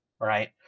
right